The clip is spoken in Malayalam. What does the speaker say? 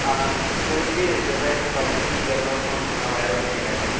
ആ എനിക്ക് ചെറുതായിട്ട് പനിയും ജലദോഷവും ആ വയർ വേദനയൊക്കെ ഉണ്ടായിരുന്നു